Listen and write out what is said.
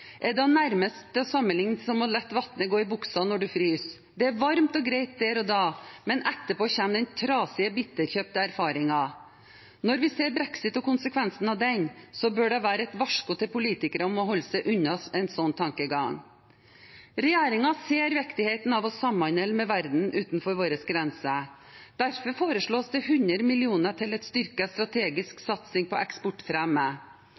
er nærmest å sammenligne med å la vannet gå i buksa når en fryser – det er varmt og greit der og da, men etterpå kommer den trasige bitterkjøpte erfaringen. Når vi ser brexit og konsekvensene av den, bør det være et varsko til politikere om å holde seg unna en slik tankegang. Regjeringen ser viktigheten av å samhandle med verden utenfor våre grenser. Derfor foreslås det 100 mill. kr til en styrket strategisk satsing på eksportfremme,